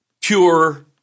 pure